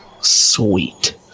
Sweet